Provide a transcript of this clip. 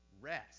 rest